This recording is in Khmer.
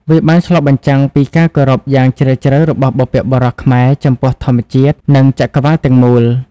វាបានឆ្លុះបញ្ចាំងពីការគោរពយ៉ាងជ្រាលជ្រៅរបស់បុព្វបុរសខ្មែរចំពោះធម្មជាតិនិងចក្រវាឡទាំងមូល។